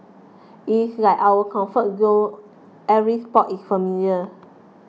it is like our comfort zone every spot is familiar